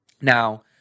Now